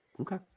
Okay